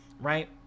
right